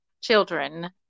children